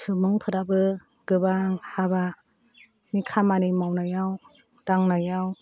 सुबुंफ्राबो गोबां हाबानि खामानि मावनायाव दांनायाव